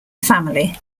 family